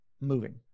moving